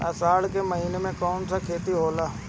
अषाढ़ मे कौन सा खेती होला?